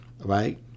right